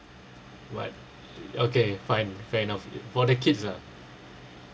but okay fine fair enough for the kids ah